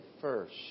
first